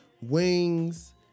wings